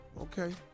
Okay